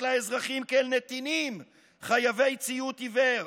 לאזרחים כאל נתינים חייבי ציות עיוור.